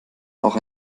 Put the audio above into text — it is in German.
auch